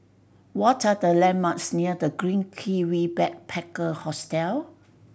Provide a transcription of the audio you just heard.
what are the landmarks near The Green Kiwi Backpacker Hostel